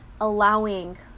Allowing